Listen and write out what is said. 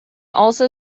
also